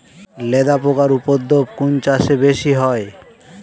লেদা পোকার উপদ্রব কোন চাষে বেশি হয়?